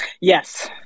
Yes